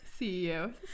CEO